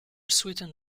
sweetened